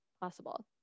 possible